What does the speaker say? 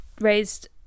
raised